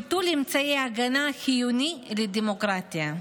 ביטול אמצעי הגנה החיוני לדמוקרטיה,